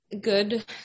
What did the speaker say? good